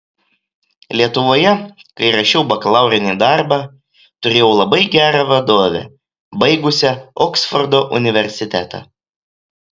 lietuvoje kai rašiau bakalaurinį darbą turėjau labai gerą vadovę baigusią oksfordo universitetą